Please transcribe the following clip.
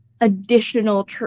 additional